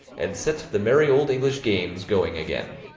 and set the merry old english games going again.